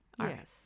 Yes